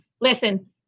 listen